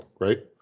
right